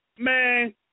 Man